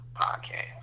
podcast